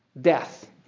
death